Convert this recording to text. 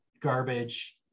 garbage